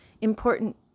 important